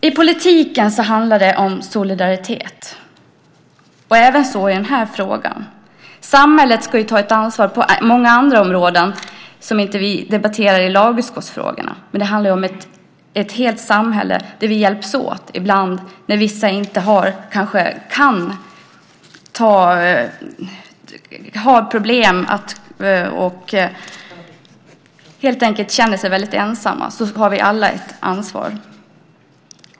I politiken handlar det om solidaritet, och det även i den här frågan. Samhället ska ta ett ansvar på många andra områden, som vi inte debatterar i lagutskottsfrågorna. Men det handlar om ett helt samhälle där vi hjälps åt när vissa ibland kanske har problem och helt enkelt känner sig väldigt ensamma. Då har vi alla ett ansvar.